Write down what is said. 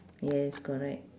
yes correct